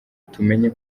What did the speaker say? tumenye